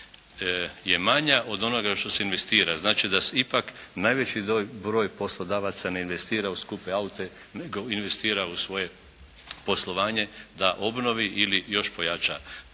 je manja od onoga što se investira. Znači da ipak najveći broj poslodavaca ne investira u skupe aute nego investira u svoje poslovanje da obnovi ili još pojača to djelovanje.